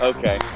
Okay